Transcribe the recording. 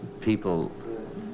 people